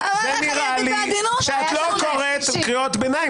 --- בניגוד עניינים,